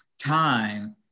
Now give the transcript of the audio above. Time